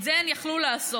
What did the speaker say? את זה הן יכלו לעשות,